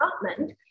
department